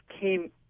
came